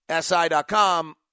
SI.com